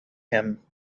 him